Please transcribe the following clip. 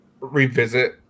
revisit